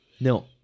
No